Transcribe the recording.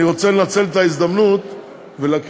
אני רוצה לנצל את ההזדמנות ולהקריא,